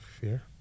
Fear